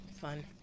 fun